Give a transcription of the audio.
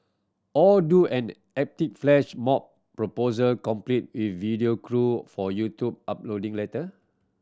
or do an epic flash mob proposal complete video crew for YouTube uploading later